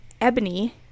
ebony